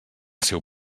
seu